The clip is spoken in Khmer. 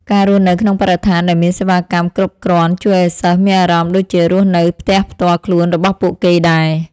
ការរស់នៅក្នុងបរិស្ថានដែលមានសេវាកម្មគ្រប់គ្រាន់ជួយឱ្យសិស្សមានអារម្មណ៍ដូចជារស់នៅផ្ទះផ្ទាល់ខ្លួនរបស់ពួកគេដែរ។